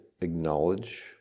acknowledge